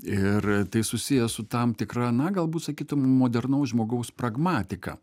ir tai susiję su tam tikra na galbūt sakytum modernaus žmogaus pragmatika